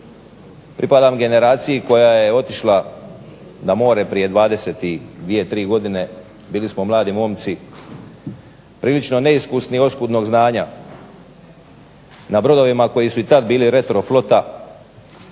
Pripadam generaciji koja je otišla na more prije 20 i dvije, tri godine, bili smo mladi momci, prilično neiskusni i oskudnog znanja. Na brodovima i tada bili retroflota